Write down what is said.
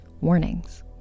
warnings